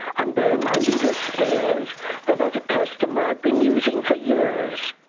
and bear in mind these are stairs that as a customer i'd been using for years.